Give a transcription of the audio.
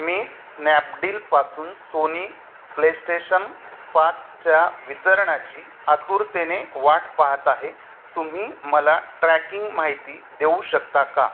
मी स्स्नॅपडिलपासून Sony PlayStation पाचच्या वितरणाची आतुरतेने वाट पाहत आहे तुम्ही मला ट्रॅकिंग माहिती देऊ शकता का